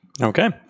okay